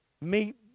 meet